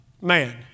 man